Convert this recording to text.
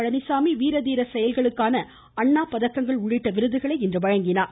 பழனிசாமி வீரதீர செயலுக்கான அண்ணா பதக்கங்கள் உள்ளிட்ட விருதுகளை இன்று வழங்கினார்